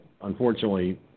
unfortunately